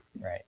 Right